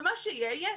ומה שיהיה, יהיה.